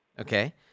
Okay